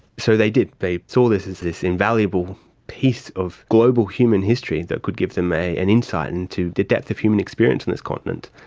so they did, they saw this as this invaluable piece of global human history that could give them an and insight into the depth of human experience in this continent.